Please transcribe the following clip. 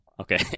Okay